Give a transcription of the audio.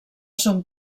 son